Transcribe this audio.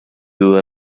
duda